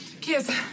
kids